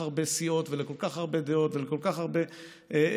הרבה סיעות ולכל כך הרבה דעות ולכל כך הרבה כיוונים,